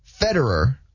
Federer